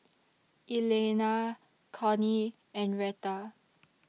Elaina Connie and Reta